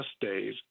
days